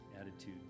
attitude